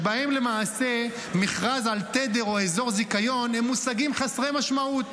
שבהם למעשה מכרז על תדר או אזור זיכיון הם מושגים חסרי משמעות.